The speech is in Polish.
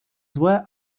złe